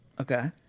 Okay